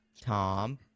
Tom